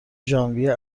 ژانویه